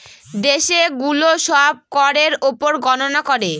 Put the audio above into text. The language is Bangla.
দেশে গুলো সব করের উপর গননা করে